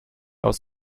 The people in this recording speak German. aus